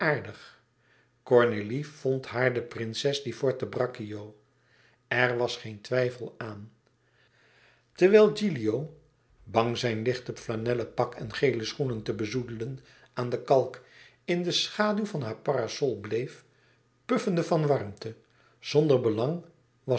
cornélie vond haar de prinses di forte braccio er was geen twijfel aan terwijl gilio bang zijn licht flanellen pak en gele schoenen te bezoedelen aan de kalk in de schaduw van haar parasol bleef puffende van de warmte zonder belang